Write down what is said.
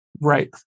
right